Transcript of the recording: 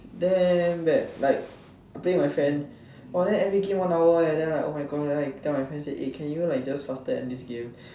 damn bad like I play with my friend !wah! then every game one hour eh then I was like oh my god then I tell my friend eh can you like just faster end this game